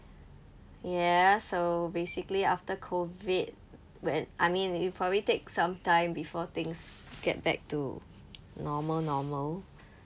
yeah so basically after COVID when I mean it'll probably take some time before things get back to normal normal